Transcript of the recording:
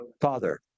Father